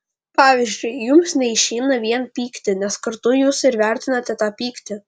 pavyzdžiui jums neišeina vien pykti nes kartu jūs ir vertinate tą pyktį